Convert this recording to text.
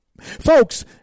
Folks